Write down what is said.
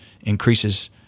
increases